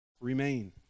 Remain